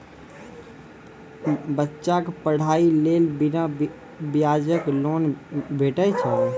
बच्चाक पढ़ाईक लेल बिना ब्याजक लोन भेटै छै?